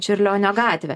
čiurlionio gatvę